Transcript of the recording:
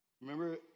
Remember